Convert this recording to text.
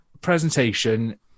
presentation